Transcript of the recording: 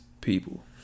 people